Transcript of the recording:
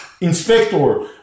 Inspector